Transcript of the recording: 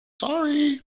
sorry